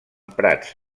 prats